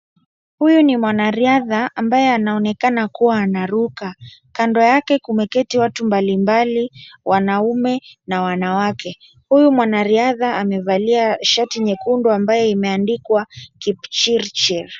Huyu ni mwanariadha ambaye anaonekana kuwa anaruka. Kando yake kumeketi watu mbalimbali, wanaume na wanawake. Huyu mwanariadha amevalia shati nyekundu ambaye imeandikwa Kipchirchir.